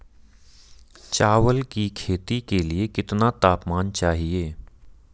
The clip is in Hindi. चावल की खेती के लिए कितना तापमान चाहिए?